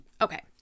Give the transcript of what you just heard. Okay